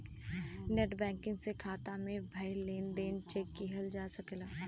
net banking से खाता में भयल लेन देन चेक किहल जा सकला